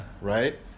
right